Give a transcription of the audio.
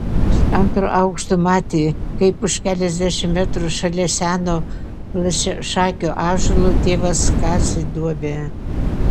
iš antro aukšto matė kaip už keliasdešimt metrų šalia seno plačiašakio ąžuolo tėvas kasė duobę